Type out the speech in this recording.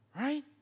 right